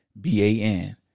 B-A-N